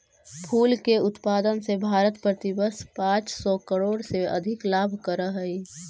फूल के उत्पादन से भारत प्रतिवर्ष पाँच सौ करोड़ से अधिक लाभ करअ हई